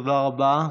תודה רבה.